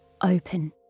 open